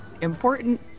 important